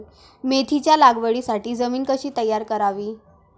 मेथीच्या लागवडीसाठी जमीन कशी तयार करावी?